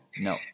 No